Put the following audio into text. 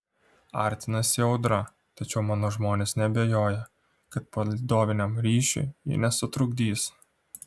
artinasi audra tačiau mano žmonės neabejoja kad palydoviniam ryšiui ji nesutrukdys